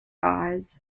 eyes